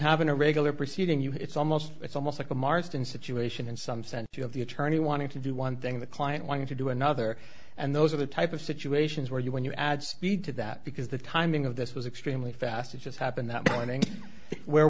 have in a regular proceeding you it's almost it's almost like a marston situation in some sense you have the attorney wanting to do one thing the client wanting to do another and those are the type of situations where you when you add speed to that because the timing of this was extremely fast it just happened that morning where